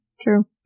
True